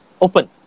open